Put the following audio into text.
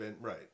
Right